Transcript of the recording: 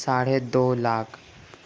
ساڑھے دو لاکھ